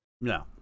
No